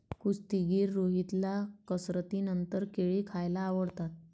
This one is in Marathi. कुस्तीगीर रोहितला कसरतीनंतर केळी खायला आवडतात